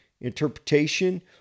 interpretation